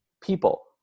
people